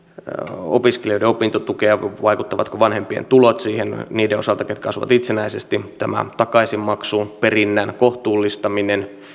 opiskelijoiden opintotukeen vanhempien tulot eivät vaikuta siihen niiden osalta jotka asuvat itsenäisesti tämä takaisinmaksuperinnän kohtuullistaminen